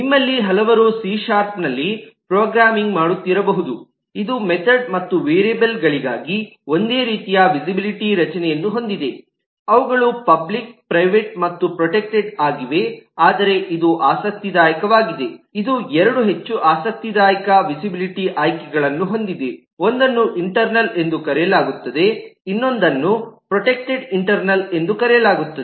ನಿಮ್ಮಲ್ಲಿ ಹಲವರು ಸಿ ಶಾರ್ಪ್ನಲ್ಲಿ ಪ್ರೋಗ್ರಾಮಿಂಗ್ ಮಾಡುತ್ತಿರಬಹುದು ಇದು ಮೆಥೆಡ್ ಮತ್ತು ವೇರಿಯೇಬಲ್ಗಳಿಗಾಗಿ ಒಂದೇ ರೀತಿಯ ವಿಸಿಬಿಲಿಟಿ ರಚನೆಯನ್ನು ಹೊಂದಿದೆ ಅವುಗಳು ಪಬ್ಲಿಕ್ ಪ್ರೈವೇಟ್ ಮತ್ತು ಪ್ರೊಟೆಕ್ಟೆಡ್ ಆಗಿವೆ ಆದರೆ ಇದು ಆಸಕ್ತಿದಾಯಕವಾಗಿದೆ ಇದು 2 ಹೆಚ್ಚು ಆಸಕ್ತಿದಾಯಕ ವಿಸಿಬಿಲಿಟಿ ಆಯ್ಕೆಗಳನ್ನು ಹೊಂದಿದೆ ಒಂದನ್ನು ಇಂಟರ್ನಲ್ ಎಂದು ಕರೆಯಲಾಗುತ್ತದೆ ಇನ್ನೊಂದನ್ನು ಪ್ರೊಟೆಕ್ಟೆಡ್ ಇಂಟರ್ನಲ್ ಎಂದು ಕರೆಯಲಾಗುತ್ತದೆ